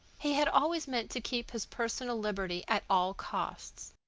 he had always meant to keep his personal liberty at all costs,